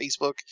Facebook